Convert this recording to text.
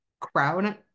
crowd